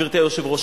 גברתי היושבת-ראש,